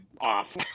off